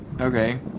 Okay